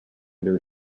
their